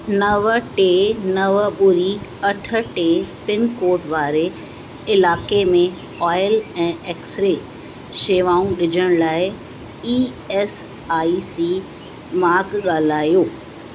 नव टे नव ॿुड़ी अठ टे पिनकोड वारे इलाइक़े में ऑयल ऐं एक्सरे शेवाऊं ॾिजण लाइ E S I C mark ॻाल्हायो